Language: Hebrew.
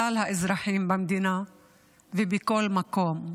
כלל האזרחים במדינה ובכל מקום,